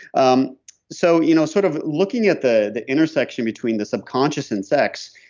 um so you know sort of looking at the the intersection between the subconscious and sex.